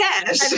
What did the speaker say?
cash